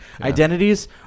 Identities